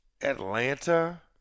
Atlanta